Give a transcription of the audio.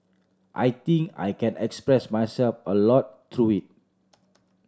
I think I can express myself a lot through it